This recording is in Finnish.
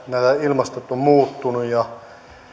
ilmasto on muuttunut ja